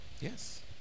Yes